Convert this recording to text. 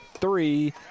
three